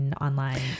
online